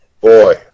Boy